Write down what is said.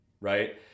right